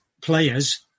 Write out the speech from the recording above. players